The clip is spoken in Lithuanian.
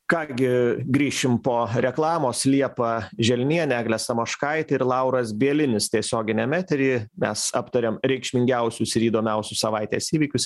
ką gi grįšim po reklamos liepa želnienė eglė samoškaitė ir lauras bielinis tiesioginiam etery mes aptariam reikšmingiausius ir įdomiausius savaitės įvykius